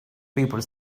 people